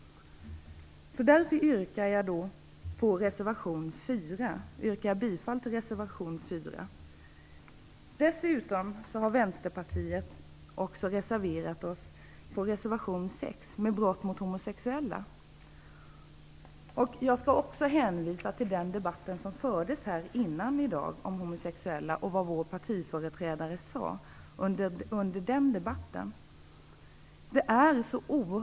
Därför yrkar jag bifall till reservation 4. Dessutom har vi i Vänsterpartiet en reservation nr 6 om brott mot homosexuella. Jag vill hänvisa till vad våra partiföreträdare sade tidigare i dag under debatten om homosexuella.